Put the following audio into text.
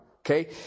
Okay